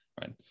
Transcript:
right